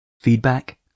Feedback